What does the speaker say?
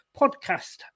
Podcast